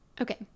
okay